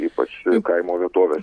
ypač kaimo vietovė